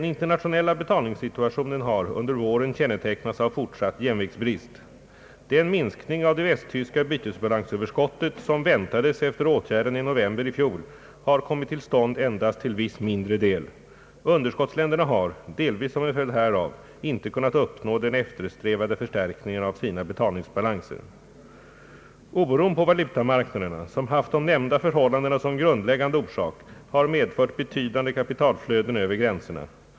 Den internationella betalningssituationen har under våren kännetecknats av fortsatt jämviktsbrist. Den minskning av det västtyska bytesbalansöverskottet, som väntades efter åtgärderna i november i fjol, har kommit till stånd endast till viss mindre del. Underskottsländerna har — delvis som en följd härav — inte kunnat uppnå den eftersträvade förstärkningen av sina betalningsbalanser. haft de nämnda förhållandena som grundläggande orsak, har medfört betydande kapitalflöden över gränserna.